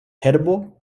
herbo